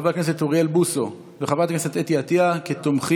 חבר הכנסת אוריאל בוסו וחברת הכנסת אתי עטייה כתומכים,